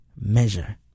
measure